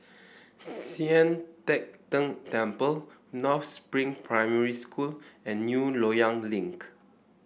Sian Teck Tng Temple North Spring Primary School and New Loyang Link